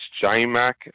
J-Mac